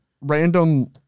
random